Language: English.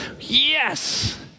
Yes